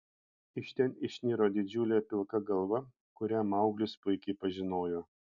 iš ten išniro didžiulė pilka galva kurią mauglis puikiai pažinojo